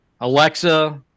Alexa